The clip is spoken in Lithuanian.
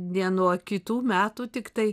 ne nuo kitų metų tiktai